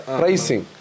pricing